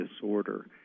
disorder